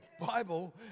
Bible